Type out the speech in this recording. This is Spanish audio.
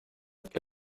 que